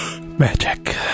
Magic